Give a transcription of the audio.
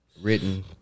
Written